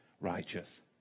righteous